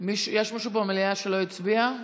מישהו במליאה שלא הצביע?